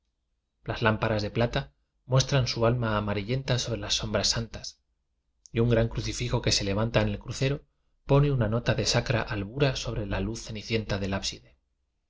las lámparas de plata muestran su ama amarillenta sobre las sombras santas v un gran crucifijo que se levanta en el cru ei o pone una nota de sacra albura sobre a uz ceuicienta del ábside